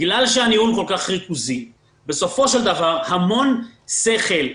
בגלל שהניהול כל כך ריכוזי בסופו של דבר המון שכל,